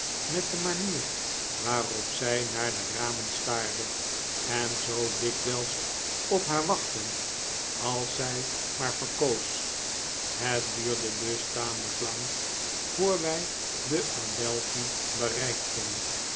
met de manier waarop zij naar de ramen staarde en zoo dikwijls op haar wachtend als zij maar verkoos het duurde dus tamelijk lang voor wij de adelphi bereikten